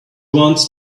wants